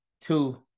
Two